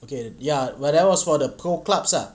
okay ya well that was for the pro clubs ah